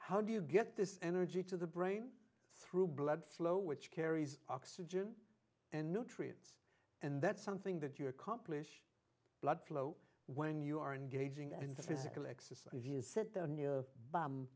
how do you get this energy to the brain through blood flow which carries oxygen and nutrients and that's something that you accomplish blood flow when you are engaging and the physical exercise if you sit there near bo